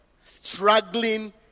Struggling